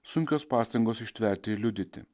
sunkios pastangos ištverti ir liudyti